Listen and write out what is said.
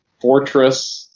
Fortress